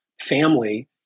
family